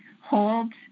hold